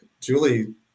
Julie